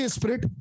Spirit